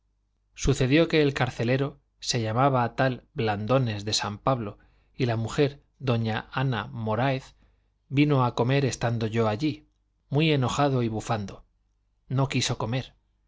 sucedió que el carcelero se llamaba tal blandones de san pablo y la mujer doña ana moráez vino a comer estando yo allí muy enojado y bufando no quiso comer